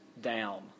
down